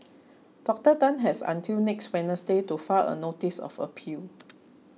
Doctor Tan has until next Wednesday to file a notice of appeal